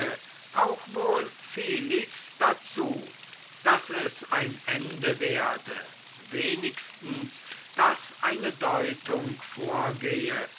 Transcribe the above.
auch wohl felix dazu daß es ein ende werde wenigstens daß eine deutung vorgehe